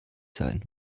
sein